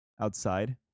outside